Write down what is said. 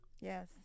Yes